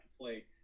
play